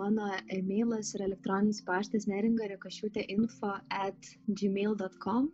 mano emeilas yra elektroninis paštas neringa rekašiūtė info et džimeil dot kom